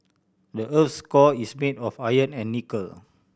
the earth's core is made of iron and nickel